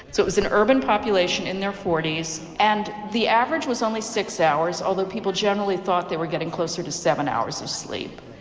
so it was an urban population in their forty s and the average was only six hours, although people generally thought they were getting closer to seven hours sleep.